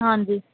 ਹਾਂਜੀ